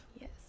Yes